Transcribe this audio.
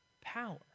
power